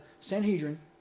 Sanhedrin